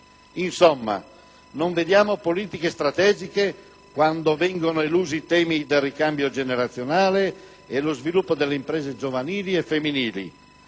Insomma, non vediamo politiche strategiche quando vengono elusi i temi del ricambio generazionale e dello sviluppo delle imprese giovanili e femminili.